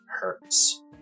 hurts